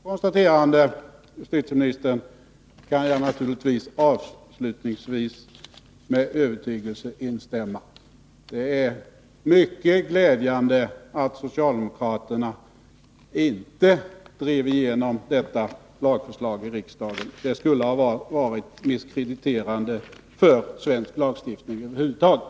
Herr talman! Detta konstaterande kan jag naturligtvis, herr justitieminister, avslutningsvis med övertygelse instämma i. Det är mycket glädjande att socialdemokraterna inte driver igenom detta lagförslag i riksdagen. Det skulle ha varit misskrediterande för svensk lagstiftning över huvud taget.